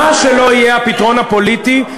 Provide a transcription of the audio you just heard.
מה שלא יהיה הפתרון הפוליטי,